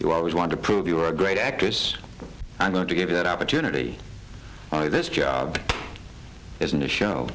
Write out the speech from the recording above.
you always want to prove you're a great actress i'm going to give you that opportunity or this job isn't to show